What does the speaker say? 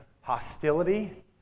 hostility